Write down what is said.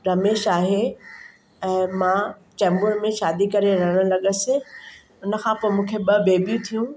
रमेश आहे ऐं मां चैंबुर में शादी करे रहणु लॻसि हुन खां पोइ मूंखे ॿ बेबियूं थियूं